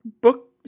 book